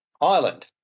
Ireland